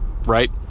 right